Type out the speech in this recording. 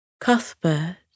Cuthbert